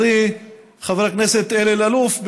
חבר הכנסת אלאלוף,